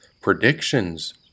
Predictions